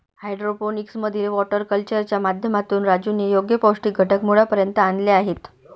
hydroponics मधील water कल्चरच्या माध्यमातून राजूने योग्य पौष्टिक घटक मुळापर्यंत आणले आहेत